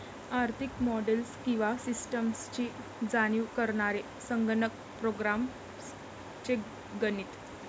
आर्थिक मॉडेल्स किंवा सिस्टम्सची जाणीव करणारे संगणक प्रोग्राम्स चे गणित